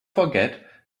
forget